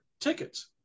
tickets